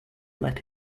let